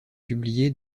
publié